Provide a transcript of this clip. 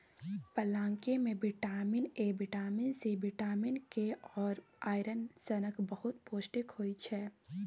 पलांकी मे vitamin A, vitamin C, vitamin K आ आइरन सनक बहुत पौष्टिक होइ छै